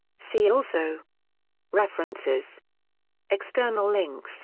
see also references external links